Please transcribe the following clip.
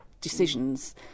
decisions